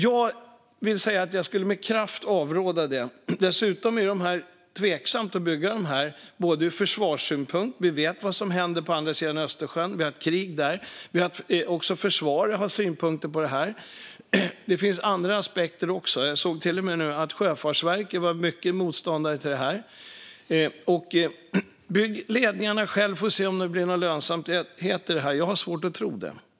Jag skulle med kraft avråda från detta. Dessutom är det tveksamt att bygga dessa ur försvarssynpunkt. Vi vet vad som händer på andra sidan Östersjön; vi har ett krig där. Även försvaret har synpunkter på detta. Det finns också andra aspekter. Jag såg till och med att Sjöfartsverket var kraftiga motståndare till detta. Låt dem bygga ledningarna själva, så får vi se om det blir lönsamhet i detta. Jag har svårt att tro det.